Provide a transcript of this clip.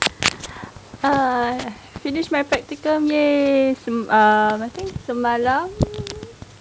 err finish my practicum !yay! um I think semalam